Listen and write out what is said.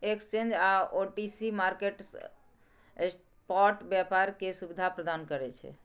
exchange आ OTC market spot व्यापार के सुविधा प्रदान करै छै